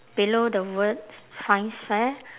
below the words science fair